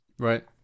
Right